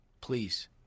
Please